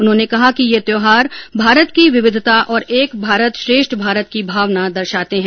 उन्होंने कहा कि ये त्यौहार भारत की विविधता और एक भारत श्रेष्ठ भारत की भावना दर्शाते हैं